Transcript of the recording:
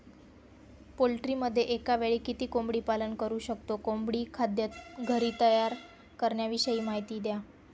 पोल्ट्रीमध्ये एकावेळी किती कोंबडी पालन करु शकतो? कोंबडी खाद्य घरी तयार करण्याविषयी माहिती द्या